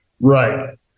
right